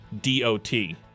D-O-T